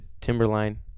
Timberline